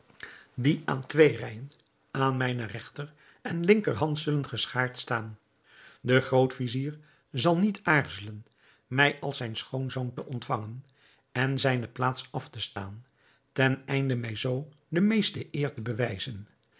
die aan twee rijen aan mijne regter en linkerhand zullen geschaard staan de groot-vizier zal niet aarzelen mij als zijn schoonzoon te ontvangen en zijne plaats af te staan ten einde mij zoo de meeste eer te bewijzen